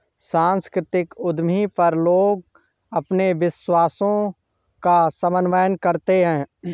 सांस्कृतिक उद्यमी पर लोग अपने विश्वासों का समन्वय कर सकते है